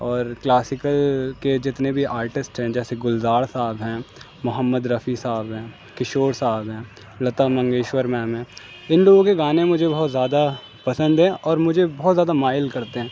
اور کلاسیکل کے جتنے بھی آرٹسٹ ہیں جیسے گلزار صاحب ہیں محمد رفیع صاحب ہیں کشور صاحب ہیں لتا منگیشکر میم ہیں ان لوگوں کے گانے مجھے بہت زیادہ پسند ہیں اور مجھے بہت زیادہ مائل کرتے ہیں